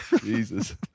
Jesus